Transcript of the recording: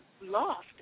lost